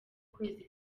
kwezi